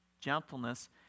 gentleness